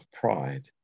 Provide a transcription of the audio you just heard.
pride